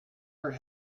her